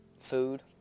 Food